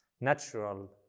natural